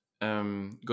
good